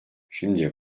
şimdiye